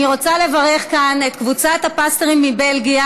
רוצה לברך כאן את קבוצת הפסטורים מבלגיה